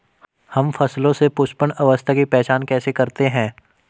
हम फसलों में पुष्पन अवस्था की पहचान कैसे करते हैं?